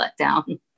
letdown